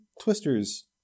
Twisters